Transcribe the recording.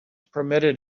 permitted